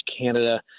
Canada